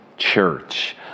church